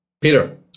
Peter